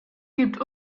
gibt